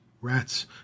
rats